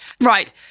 Right